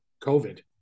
COVID